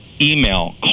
email